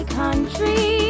country